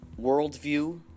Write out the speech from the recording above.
worldview